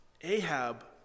Ahab